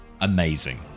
amazing